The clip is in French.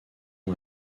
est